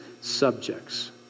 subjects